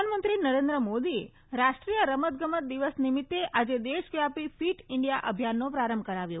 પ્રધાનમંત્રી નરેન્દ્ર મોદીએ રાષ્ટ્રીય રમત ગમત નિમિત્તે આજે દેશવ્યાપી ફીટ ઈાન્જિયા અભિયાનનો પ્રારંભ કરાવ્યો